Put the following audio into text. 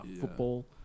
football